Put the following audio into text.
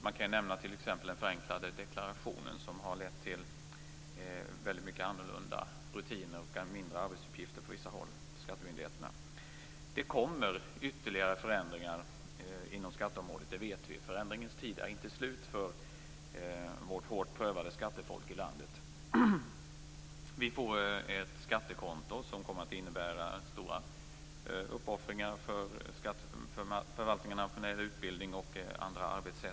Man kan t.ex. nämna den förenklade deklarationen, som har lett till väldigt mycket annorlunda rutiner och mindre arbetsuppgifter på vissa håll för skattemyndigheternas del. Det kommer ytterligare förändringar inom skatteområdet, det vet vi. Förändringens tid är inte slut för det hårt prövade skattefolket i landet. Vi får ett skattekonto, som kommer att innebära stora uppoffringar för skatteförvaltningarna bl.a. när det gäller utbildning.